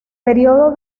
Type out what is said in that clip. periodo